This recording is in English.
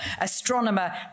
astronomer